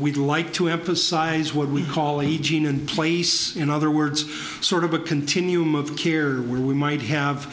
we'd like to emphasize what we call a gene in place in other words sort of a continuum of care where we might have